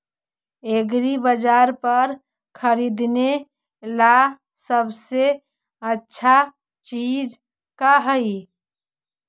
एग्रीबाजार पर खरीदने ला सबसे अच्छा चीज का हई?